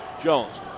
Jones